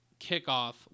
kickoff